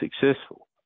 successful